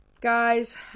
Guys